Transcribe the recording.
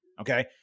okay